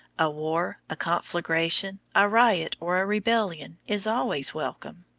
a war, a conflagration, a riot, or a rebellion, is always welcome.